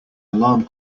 alarm